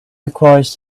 requires